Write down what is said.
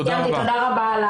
תודה רבה.